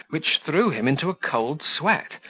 which threw him into a cold sweat,